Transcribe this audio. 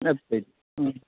okay ఆ